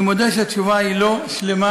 אני מודה שהתשובה היא לא שלמה,